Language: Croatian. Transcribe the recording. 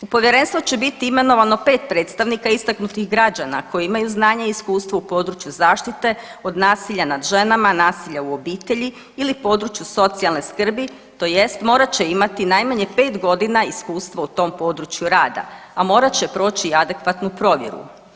U povjerenstvo će biti imenovano 5 predstavnika istaknutih građana koji imaju znanja i iskustvo u području zaštite od nasilja nad ženama, nasilja u obitelji ili području socijalne skrbi tj. morat će imati najmanje 5 godina iskustava u tom području rada, a morat će proći i adekvatnu provjeru.